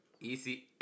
Easy